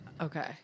Okay